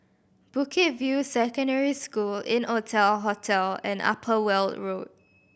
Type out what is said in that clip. Bukit View Secondary School Innotel Hotel and Upper Weld Road